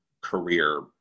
career